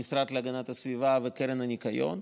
המשרד להגנת הסביבה וקרן הניקיון.